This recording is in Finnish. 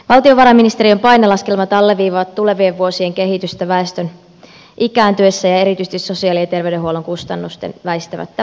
valtiovarainministeriön painelaskelmat alleviivaavat tulevien vuosien kehitystä väestön ikääntyessä ja erityisesti sosiaali ja terveydenhuollon kustannusten väistämättä paisuessa